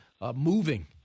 moving